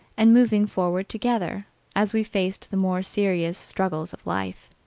and moved forward together as we faced the more serious struggles of life.